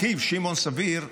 אחיו, שמעון סביר,